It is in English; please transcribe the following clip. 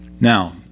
Now